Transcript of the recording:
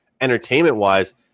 entertainment-wise